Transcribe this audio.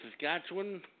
Saskatchewan